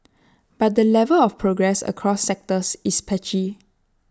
but the level of progress across sectors is patchy